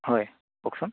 হয় কওকচোন